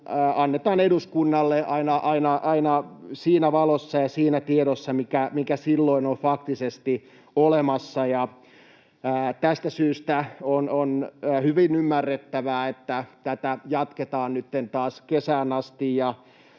annetaan eduskunnalle aina siinä valossa ja siinä tiedossa, mikä silloin on faktisesti olemassa. Ja tästä syystä on hyvin ymmärrettävää, että tätä jatketaan nytten taas kesään asti.